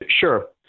Sure